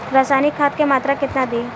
रसायनिक खाद के मात्रा केतना दी?